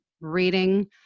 reading